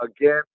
again